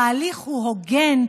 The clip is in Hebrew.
וההליך הוא הוגן,